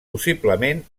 possiblement